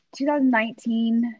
2019